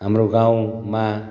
हाम्रो गाउँमा